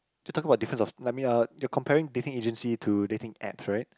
to talking about difference of let me uh you're comparing dating agency to dating apps right